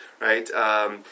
right